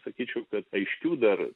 sakyčiau kad aiškių dar